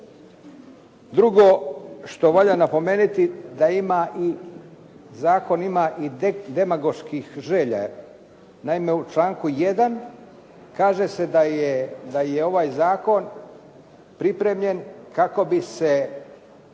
Drugo što valja napomenuti da zakon ima i demagoških želja. Naime, u članku 1. kaže se da je ovaj zakon pripremljen kako bi se